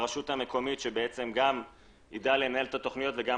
הרשות המקומית שגם יידע לנהל את התכניות וגם